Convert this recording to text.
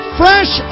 fresh